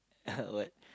what